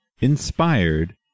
Inspired